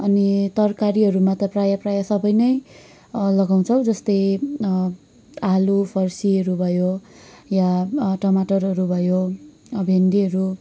अनि तरकारीहरूमा त प्राय प्राय सबै नै लगाउँछौँ जस्तै आलु फर्सीहरू भयो या टमाटरहरू भयो भिन्डीहरू